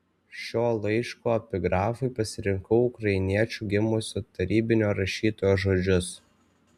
šio laiško epigrafui pasirinkau ukrainiečiu gimusio tarybinio rašytojo žodžius